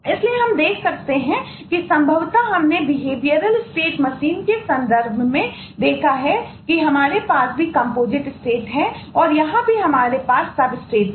इसलिए हम देख सकते हैं कि संभवत हमने बिहेवियरल स्टेट मशीन माना जा रहा है